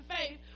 faith